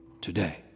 today